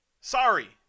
Sorry